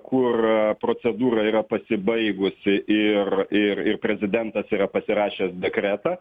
kur procedūra yra pasibaigusi ir ir ir prezidentas yra pasirašęs dekretą